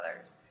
others